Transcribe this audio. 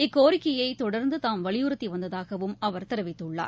இக்கோரிக்கையை தொடர்ந்து வலியுறத்தி தாம் வந்ததாகவும் அவர் தெரிவித்துள்ளார்